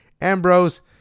Ambrose